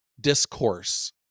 discourse